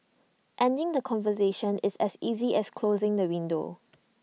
ending the conversation is as easy as closing the window